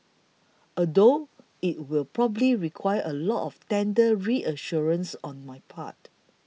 although it will probably require a lot of tender reassurances on my part